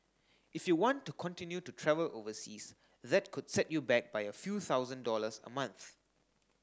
if you want to continue to travel overseas that could set you back by a few thousand dollars a month